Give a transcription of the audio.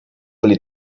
byli